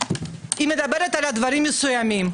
מדברת על דברים מסוימים.